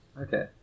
Okay